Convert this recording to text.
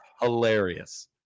hilarious